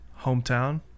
Hometown